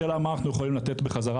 השאלה היא מה אנחנו יכולים לתת בחזרה,